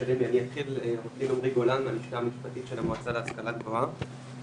שמי עמרי גולן מהלשכה המשפטית של המועצה להשכלה גבוהה.